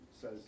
says